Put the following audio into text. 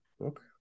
Okay